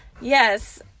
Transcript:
yes